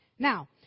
Now